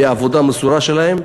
מהעבודה המסורה שלהם,